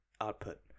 output